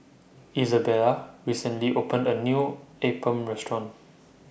Izabella recently opened A New Appam Restaurant